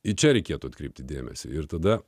į čia reikėtų atkreipti dėmesį ir tada